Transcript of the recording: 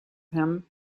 him